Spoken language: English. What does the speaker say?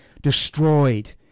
destroyed